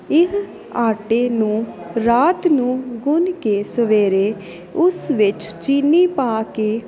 ਇਹ ਆਟੇ ਨੂੰ ਰਾਤ ਨੂੰ ਗੁੰਨ ਕੇ ਸਵੇਰੇ ਉਸ ਵਿੱਚ ਚੀਨੀ ਪਾ ਕੇ